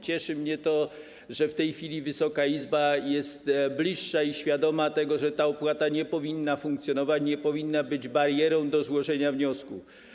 Cieszy mnie to, że w tej chwili Wysoka Izba jest bliższa i świadoma tego, że ta opłata nie powinna funkcjonować, nie powinna być barierą do złożenia wniosku.